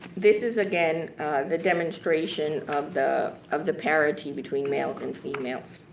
this is again the demonstration of the of the parity between males and females.